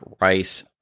rice